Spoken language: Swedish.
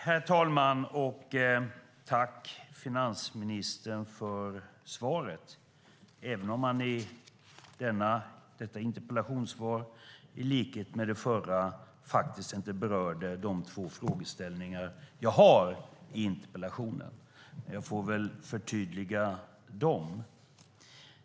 Herr talman! Jag vill tacka finansministern för svaret, även om han i detta interpellationssvar, i likhet med hur det var i det förra, faktiskt inte berörde de två frågeställningar jag hade i interpellationen. Jag får väl förtydliga dem.